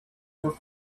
were